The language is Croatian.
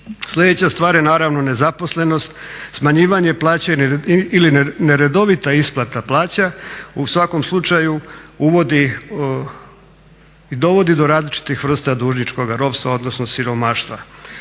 Sljedeća stvar je naravno nezaposlenost, smanjivanje plaća ili neredovita isplata plaća. U svakom slučaju uvodi i dovodi do različitih vrsta dužničkog ropstva, odnosno siromaštva.